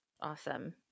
Awesome